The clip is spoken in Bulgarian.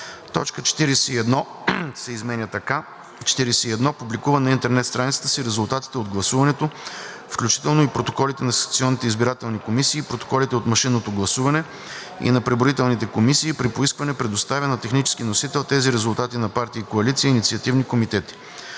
Точка 41 се изменя така: „41. публикува на интернет страницата си резултатите от гласуването, включително и протоколите на секционните избирателни комисии и протоколите от машинното гласуване и на преброителните комисии и при поискване предоставя на технически носител тези резултати на партии, коалиции и инициативни комитети;“